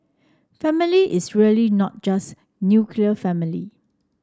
family is really not just nuclear family